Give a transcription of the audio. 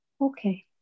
Okay